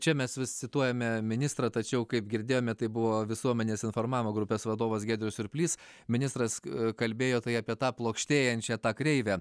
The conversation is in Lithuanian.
čia mes vis cituojame ministrą tačiau kaip girdėjome tai buvo visuomenės informavimo grupės vadovas giedrius surplys ministras kalbėjo tai apie tą plokštėjančią tą kreivę